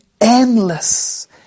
endless